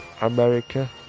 America